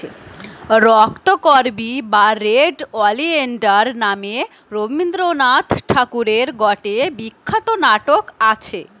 রক্তকরবী বা red oleander নামে রবীন্দ্রনাথ ঠাকুরের গটে বিখ্যাত নাটক আছে